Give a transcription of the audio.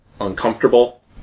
uncomfortable